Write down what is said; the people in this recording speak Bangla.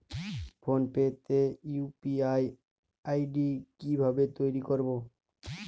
ফোন পে তে ইউ.পি.আই আই.ডি কি ভাবে তৈরি করবো?